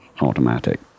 automatic